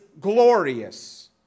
glorious